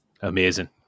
Amazing